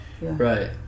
Right